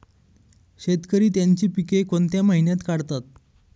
शेतकरी त्यांची पीके कोणत्या महिन्यात काढतात?